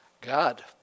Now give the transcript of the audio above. God